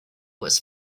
was